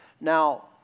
Now